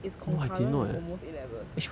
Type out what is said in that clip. it's concurrent with almost A levels